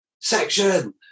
Section